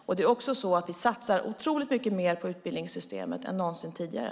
Vi satsar också otroligt mycket mer på utbildningssystemet än någonsin tidigare.